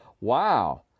Wow